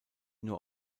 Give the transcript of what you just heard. nur